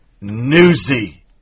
Newsy